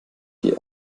die